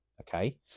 okay